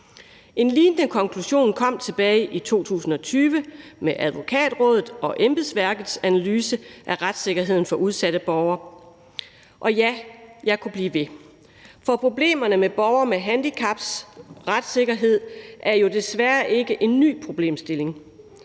En lignende konklusion kom tilbage i 2020 med Advokatrådets og embedsværkets analyse af retssikkerheden for udsatte borgere. Og jeg kunne blive ved. For problemerne med retssikkerheden for borgere med handicap er jo desværre ikke en ny problemstilling,